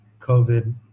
COVID